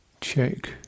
check